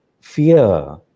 fear